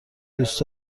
دوست